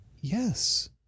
Yes